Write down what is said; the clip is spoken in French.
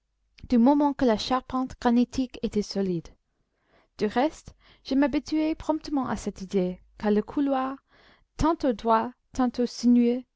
du moment que la charpente granitique était solide du reste je m'habituai promptement à cette idée car le couloir tantôt droit tantôt sinueux